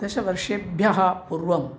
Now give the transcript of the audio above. दशवर्षेभ्यः पूर्वम्